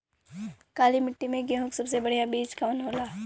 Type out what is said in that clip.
काली मिट्टी में गेहूँक सबसे बढ़िया बीज कवन होला?